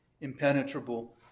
impenetrable